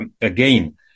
again